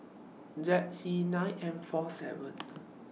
Z C nine M four seven